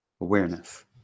Awareness